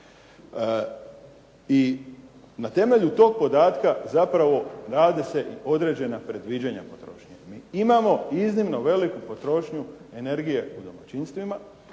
I na temelju tog podatka zapravo rade se i određena predviđanja potrošnje. Mi imamo iznimno veliku potrošnju energije u domaćinstvima,